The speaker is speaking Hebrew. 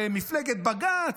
ומפלגת בג"ץ,